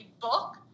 book